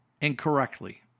incorrectly